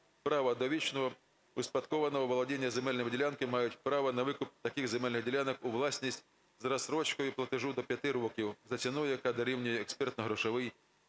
право довічного успадкованого володіння земельними ділянками мають право на викуп таких земельних ділянок у власність з розстрочкою платежу до 5 років за ціною, яка дорівнює експертно-грошовій…